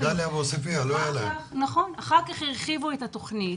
אחר כך הרחיבו את התוכנית,